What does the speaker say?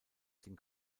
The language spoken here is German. den